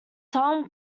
tom